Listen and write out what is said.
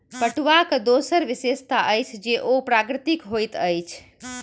पटुआक दोसर विशेषता अछि जे ओ प्राकृतिक होइत अछि